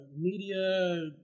media